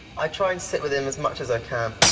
i try and sit with him as much as i can.